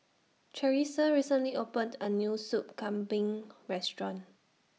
Charissa recently opened A New Soup Kambing Restaurant